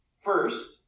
First